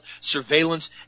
surveillance